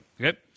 okay